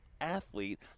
athlete